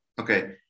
Okay